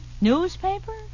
Newspaper